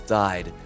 died